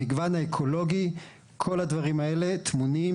המגוון האקולוגי וכל הדברים האלה טמונים.